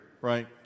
Right